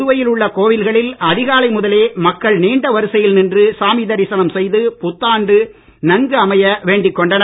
புதுவையில் உள்ள கோயில்களில் அதிகாலை முதலே மக்கள் நீண்ட வரிசையில் நின்று சாமி தரிசனம் செய்து புத்தாண்டு நன்கு அமைய வேண்டிக்கொண்டனர்